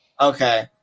Okay